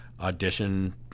Audition